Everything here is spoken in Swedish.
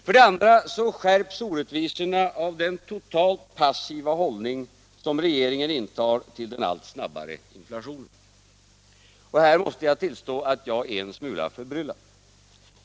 För det andra skärps orättvisorna av den totalt passiva hållning som regeringen intar till den allt snabbare inflationen. Här måste jag tillstå att jag är en smula förbryllad.